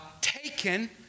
Taken